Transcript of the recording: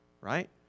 Right